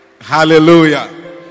Hallelujah